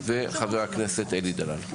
וחבר הכנסת אלי דלל.